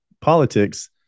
politics